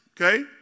okay